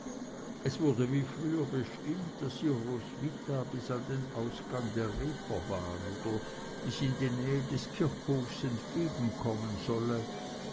es wurde wie früher bestimmt daß ihr roswitha bis an den ausgang der reeperbahn oder bis in die nähe des kirchhofs entgegenkommen solle